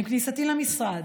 עם כניסתי למשרד,